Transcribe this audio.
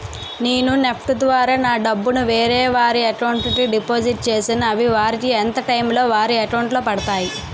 నేను నెఫ్ట్ ద్వారా నా డబ్బు ను వేరే వారి అకౌంట్ కు డిపాజిట్ చేశాను అవి వారికి ఎంత టైం లొ వారి అకౌంట్ లొ పడతాయి?